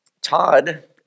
Todd